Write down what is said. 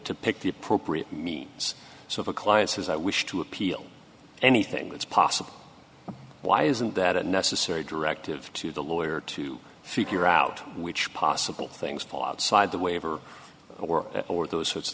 to pick the appropriate means so if a client says i wish to appeal anything's possible why isn't that a necessary directive to the lawyer to figure out which possible things fall outside the waiver or or those sorts of